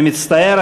אני מצטער,